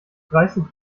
dreißig